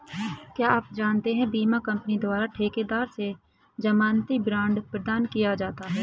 क्या आप जानते है बीमा कंपनी द्वारा ठेकेदार से ज़मानती बॉण्ड प्रदान किया जाता है?